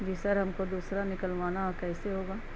جی sir ہم کو دوسرا نکلوانا اور کیسے ہوگا